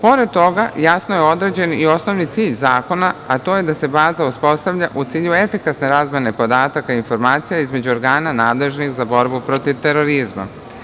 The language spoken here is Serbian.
Pored toga, jasno je određen i osnovni cilj zakona, a to je da se baza uspostavlja u cilju efikasne razmene podataka informacija između organa nadležnih za borbu protiv terorizma.